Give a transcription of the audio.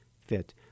fit